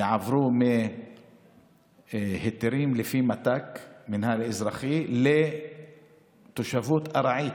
ויעברו מהיתרים לפי מת"ק מינהל אזרחי לתושבות ארעית.